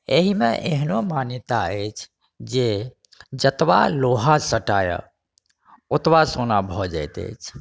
एहिमे एहनो मान्यता अछि जे जतबा लोहा सटाएब ओतबा सोना भऽ जाइत अछि